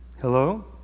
hello